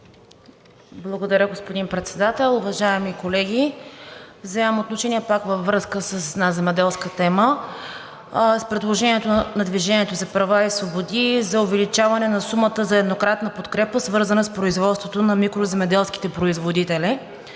Благодаря, господин Председател. Уважаеми колеги, вземам отношение във връзка с една земеделска тема и с предложението на „Движение за права и свободи“ – за увеличаване на сумата за еднократна подкрепа, свързана с производството на микроземеделските производители,